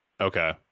okay